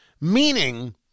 meaning